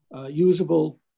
usable